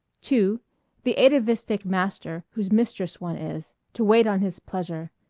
two the atavistic master whose mistress one is, to wait on his pleasure.